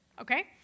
okay